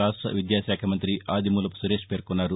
రాష్ట విద్యాశాఖ మంతి ఆదిమూలపు సురేష్ పేర్కొన్నారు